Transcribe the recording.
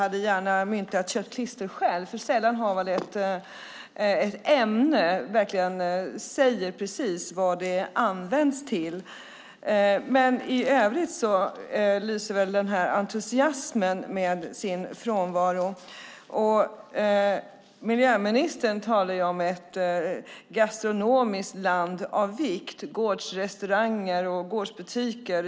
Jag hade gärna själv myntat ordet köttklister, för det säger verkligen precis vad ämnet används till. Men i övrigt lyser väl den här entusiasmen med sin frånvaro. Miljöministern talar om ett gastronomiskt land av vikt och om gårdsrestauranger och gårdsbutiker.